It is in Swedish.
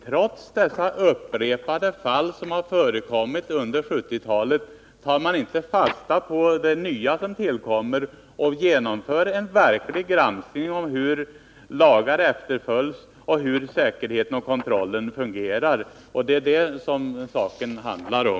Trots dessa upprepade fall som förekommit under 1970-talet tar man inte fasta på de hya som tillkommer och genomför en verklig granskning av hur lagar efterföljs och hur säkerheten och kontrollen fungerar. Det är detta som frågan handlar om.